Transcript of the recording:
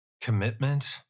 commitment